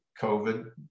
COVID